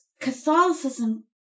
Catholicism